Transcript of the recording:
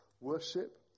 worship